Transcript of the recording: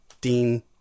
Dean